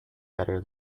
better